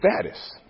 status